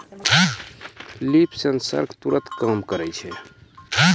leaf sensor तुरत काम करै छै